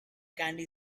candy